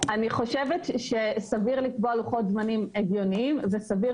אני חושבת שסביר לקבוע לוחות זמנים הגיוניים וסביר